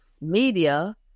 media